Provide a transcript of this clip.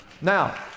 Now